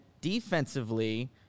defensively